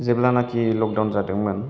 जेब्लानोखि लकदाउन जादोंमोन